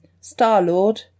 Star-Lord